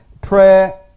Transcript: Prayer